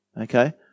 Okay